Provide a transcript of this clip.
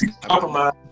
compromise